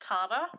Tata